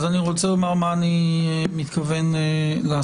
אני רוצה לומר מה אני מתכוון לעשות.